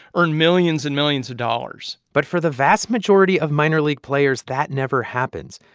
earn millions and millions of dollars but for the vast majority of minor league players, that never happens.